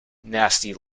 nasty